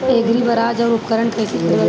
एग्रीबाजार पर उपकरण कइसे खरीदल जाला?